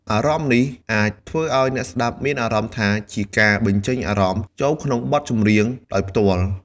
អារម្មណ៍នេះអាចធ្វើឲ្យអ្នកស្តាប់មានអារម្មណ៍ថាជាការបញ្ចេញអារម្មណ៍ចូលក្នុងបទចម្រៀងដោយផ្ទាល់។